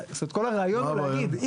זאת אומרת כל הרעיון הוא להגיד.